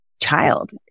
child